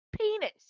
penis